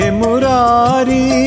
murari